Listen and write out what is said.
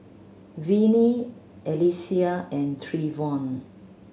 Vinnie Alexia and Trevon